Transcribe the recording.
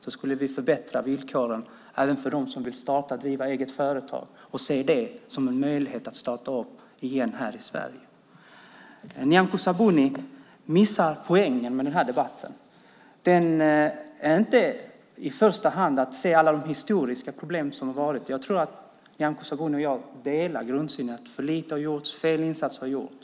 Då skulle vi förbättra villkoren även för dem som vill starta och driva eget företag och ser det som en möjlighet att starta upp igen här i Sverige. Nyamko Sabuni missar poängen med denna debatt. Poängen är inte i första hand att se alla de historiska problem som har varit. Jag tror att Nyamko Sabuni delar grundsynen att för lite har gjorts och att fel insatser har gjorts.